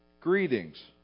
Greetings